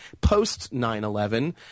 post-9-11